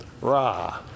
Ra